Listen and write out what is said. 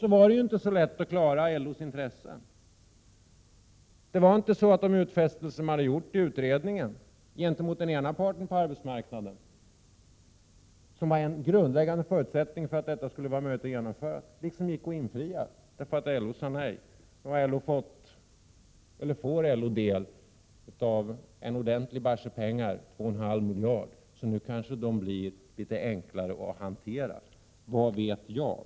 Det var inte så lätt att klara LO:s intressen. De utfästelser som gjorts i den aktuella utredningen gentemot den ena parten på arbetsmarknaden, vilka var en grundläggande förutsättning för att det hela skulle vara möjligt att genomföra, kunde inte infrias, därför att LO sade nej. Nu får LO del av en ordentlig summa pengar, 2,5 miljarder, så nu kanske LO blir litet enklare att hantera. Vad vet jag?